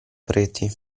preti